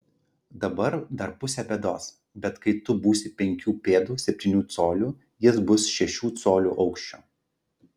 dabar dar pusė bėdos bet kai tu būsi penkių pėdų septynių colių jis bus šešių colių aukščio